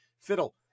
fiddle